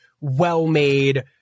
well-made